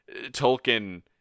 Tolkien